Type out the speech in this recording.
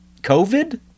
COVID